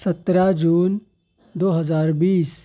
سترہ جون دو ہزار بیس